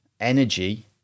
energy